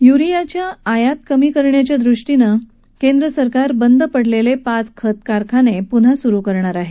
युरियाच्या आयात कमी करण्याच्या उद्देशानं केंद्रसरकार बंद पडलेले पाच खत कारखाने पुन्हा सुरु करणार आहे